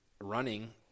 running